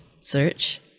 search